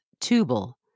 Tubal